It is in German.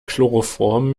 chloroform